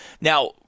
Now